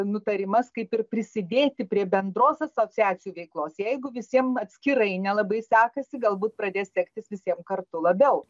nutarimas kaip ir prisidėti prie bendros asociacijų veiklos jeigu visiems atskirai nelabai sekasi galbūt pradės sektis visiem kartu labiau